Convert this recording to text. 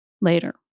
later